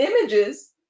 images